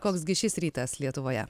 koks gi šis rytas lietuvoje